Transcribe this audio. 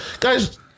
Guys